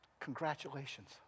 Congratulations